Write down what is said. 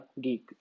geek